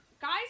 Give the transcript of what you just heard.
guys